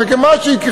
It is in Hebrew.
כי מה שיקרה,